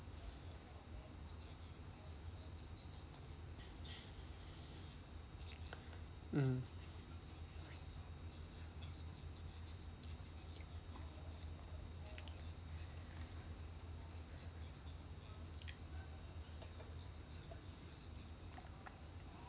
mm